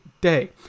day